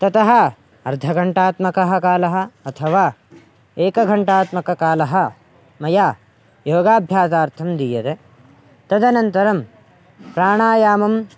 ततः अर्धघण्टात्मकः कालः अथवा एकघण्टात्मककालः मया योगाभ्यासार्थं दीयते तदनन्तरं प्राणायामं